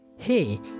hey